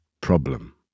problem